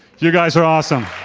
you guys are awesome.